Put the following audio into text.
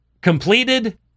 completed